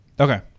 Okay